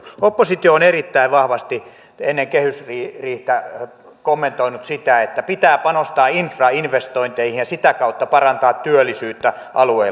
oppositio on erittäin vahvasti ennen kehysriihtä kommentoinut sitä että pitää panostaa infrainvestointeihin ja sitä kautta parantaa työllisyyttä alueilla